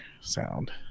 sound